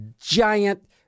giant